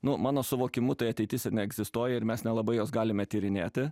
nu mano suvokimu tai ateitis ir neegzistuoja ir mes nelabai jos galime tyrinėti